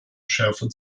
schärfe